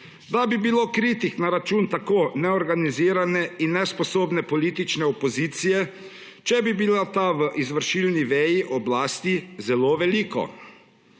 da bi bilo kritik na račun tako neorganizirane in nesposobne politične opozicije, če bi bila ta v izvršilni veji oblasti, zelo veliko,